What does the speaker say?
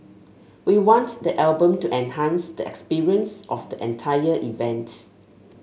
we want the album to enhance the experience of the entire event